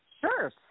Sure